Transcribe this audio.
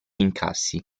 incassi